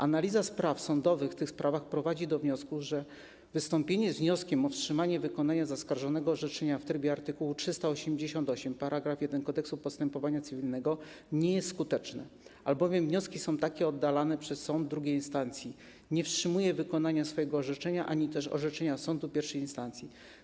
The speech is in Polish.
Analiza spraw sądowych w tych sprawach prowadzi do wniosku, że wystąpienie z wnioskiem o wstrzymanie wykonania zaskarżonego orzeczenia w trybie art. 388 § 1 Kodeksu postępowania cywilnego nie jest skuteczne, albowiem wnioski takie są oddalane przez sąd II instancji, nie wstrzymuje wykonania swojego orzeczenia ani też orzeczenia sądu I instancji.